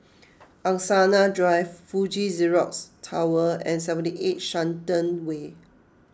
Angsana Drive Fuji Xerox Tower and seventy eight Shenton Way